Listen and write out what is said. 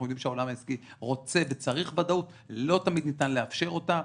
אנחנו יודעים שהעולם העסקי רוצה וצריך ודאות ולא תמיד ניתן לאפשר אותה,